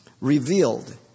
revealed